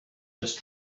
just